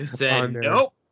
nope